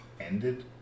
ended